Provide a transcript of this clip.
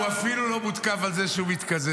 הוא אפילו לא מותקף על זה שהוא מתקזז,